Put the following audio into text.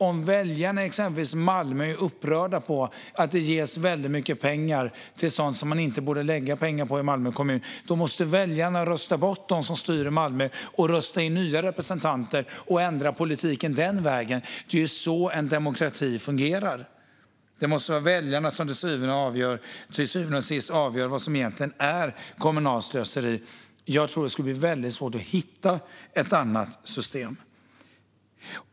Om väljarna i exempelvis Malmö är upprörda över att väldigt mycket pengar ges till sådant som man inte borde lägga pengar på i Malmö kommun måste väljarna rösta bort dem som styr där och rösta in nya representanter för att ändra politiken den vägen. Det är så en demokrati fungerar. Det måste vara väljarna som till syvende och sist avgör vad som egentligen är kommunalt slöseri. Jag tror att det skulle bli väldigt svårt att hitta något annat system.